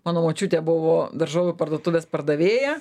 mano močiutė buvo daržovių parduotuvės pardavėja